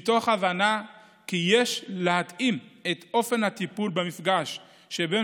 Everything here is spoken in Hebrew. מתוך הבנה כי יש להתאים את אופן הטיפול במפגש שבין